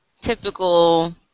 typical